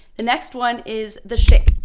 the next one is the shake.